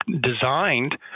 designed